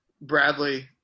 Bradley